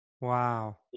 Wow